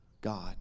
God